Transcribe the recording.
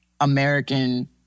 American